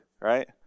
right